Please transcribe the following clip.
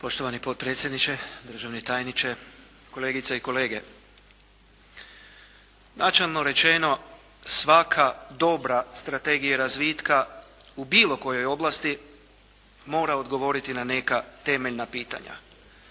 Poštovani potpredsjedniče, državni tajniče, kolegice i kolege. Načelno rečeno, svaka dobra strategija razvitka u bilo kojoj oblasti mora odgovoriti na neka temeljna pitanja.